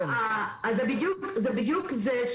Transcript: זה בדיוק זה,